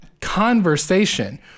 conversation